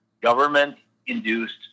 government-induced